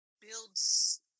builds